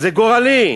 זה גורלי.